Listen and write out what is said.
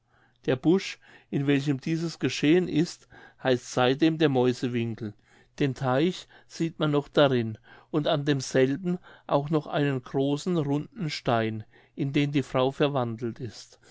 der busch in welchem dieses geschehen ist heißt seitdem der mäusewinkel den teich sieht man noch darin und an demselben auch noch einen großen runden stein in den die frau verwandelt ist